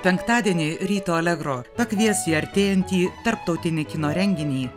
penktadienį ryto allegro pakvies į artėjantį tarptautinį kino renginį